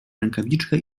rękawiczkę